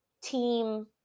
team